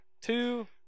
two